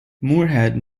moorhead